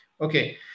Okay